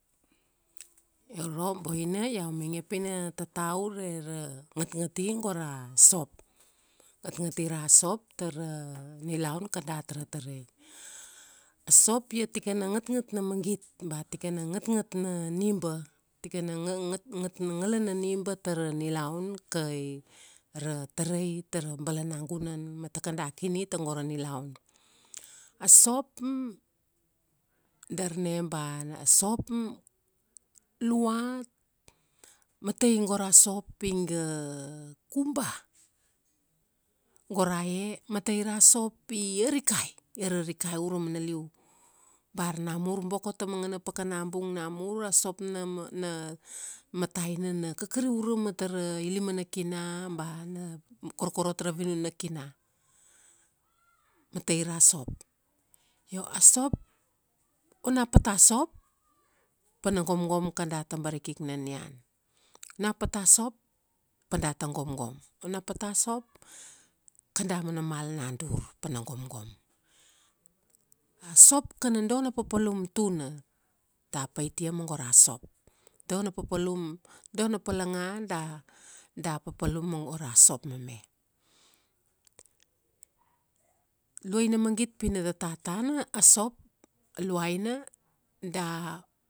Iau ro boina, iau mainge pi ina tata ure ra, ngatnagti go ra sop. Ngatngati ra sop tara nilaun kacat ra tarai. A sop ia tikana ngatngat na magit, ba tikana ngatngat na niba. Tikana ngat, ngalana niga tara nilaun kai, ra tarai tara balanagunan ma takada kini tago ra nilaun. A sop, darna ba a sop, lua, matai go ra sop iga, kuba. Gora e, matai ra sop i arikai. Ararikai urama naliu. Bar namur boko tamanagana pakana bung namur a sop na ma, na mataina na kakari urama tara ilima na kina ba na korkorot ra vinun na kina. Matai ra sop. Io a sop, ona pa ta sop, pana gomgom kada tabarik na nian. Ona pata sop, padata gomgom. Ona pata sop, kada mana mal na dur. Pana gomgom. A sop kana dona papa lum tuna. Da paitia ma go ra sop. Do na papalum, do na palanga da, da papalum ma go ra sop mame. Luaina magit pina tata tana, a sop, a luaina, da